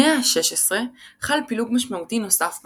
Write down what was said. במאה ה-16 חל פילוג משמעותי נוסף בנצרות.